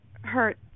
hurt